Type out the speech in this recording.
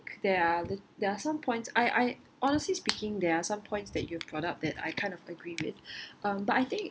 there are there are some points I I honestly speaking there are some points that you've brought up that I kind of agree with um but I think